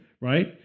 Right